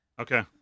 Okay